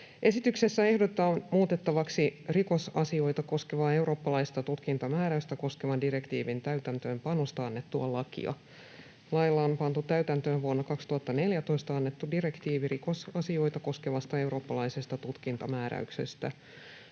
Esityksessä ehdotetaan muutettavaksi rikosasioita koskevaa eurooppalaista tutkintamääräystä koskevan direktiivin täytäntöönpanosta annettua lakia. Lailla on pantu täytäntöön vuonna 2014 annettu direktiivi rikosasioita koskevasta eurooppalaisesta tutkintamääräyksestä.